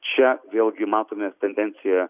čia vėlgi matome tendenciją